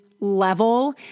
level